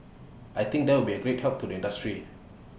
I think that will be A great help to the industry